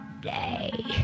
day